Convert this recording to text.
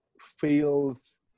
feels